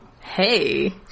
Hey